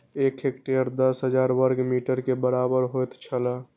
एक हेक्टेयर दस हजार वर्ग मीटर के बराबर होयत छला